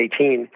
2018